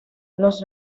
los